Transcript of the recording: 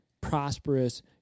prosperous